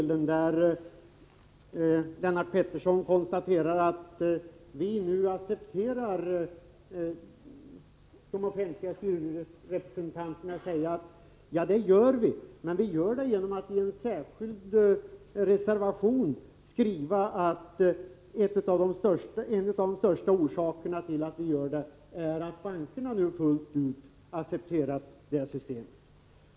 Lennart Pettersson konstaterar att vi nu accepterar systemet med de offentliga styrelserepresentanterna. Ja, det gör vi. Men låt mig betona att vi i en reservation framhåller att en av de främsta orsakerna till att vi accepterar det systemet är att bankerna fullt ut godtar detsamma.